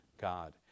God